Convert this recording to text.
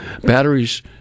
batteries